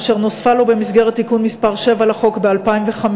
אשר נוספה לו במסגרת תיקון מס' 7 לחוק ב-2005,